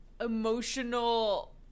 emotional